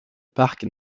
parc